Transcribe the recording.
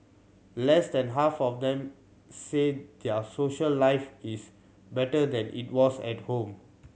less than half of them say their social life is better than it was at home